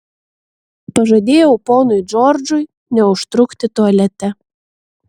pažadėjau ponui džordžui neužtrukti tualete